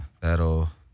that'll